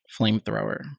Flamethrower